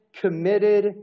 committed